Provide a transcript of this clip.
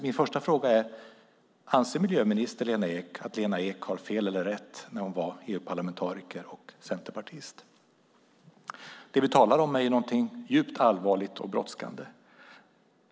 Min första fråga är alltså: Anser miljöminister Lena Ek att Lena Ek hade fel eller rätt när hon var EU-parlamentariker och centerpartist? Det vi talar om är någonting djupt allvarligt och brådskande.